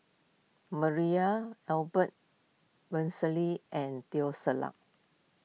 Maria Albert and Teo Ser Luck